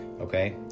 Okay